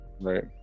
right